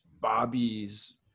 Bobby's